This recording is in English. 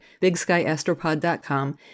bigskyastropod.com